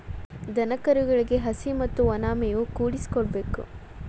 ದನಕರುಗಳಿಗೆ ಹಸಿ ಮತ್ತ ವನಾ ಮೇವು ಕೂಡಿಸಿ ಕೊಡಬೇಕ